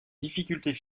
difficultés